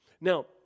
now